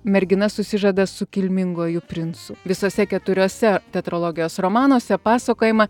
mergina susižada su kilminguoju princu visuose keturiose teatrologijos romanuose pasakojama